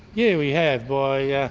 yeah we have, by, yeah